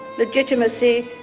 legitimacy,